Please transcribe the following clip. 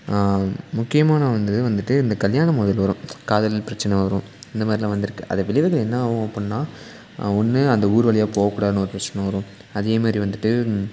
முக்கியமான வந்து வந்துட்டு இந்த கல்யாண மோதல் வரும் காதல் பிரச்சனை வரும் இந்த மாதிரிலாம் வந்திருக்கு அது விளைவுகள் என்ன ஆகும் அப்பிடினா ஒன்று அந்த ஊர் வழியாக போகக்கூடாதுனு ஒரு பிரச்சனை வரும் அதே மாரி வந்துட்டு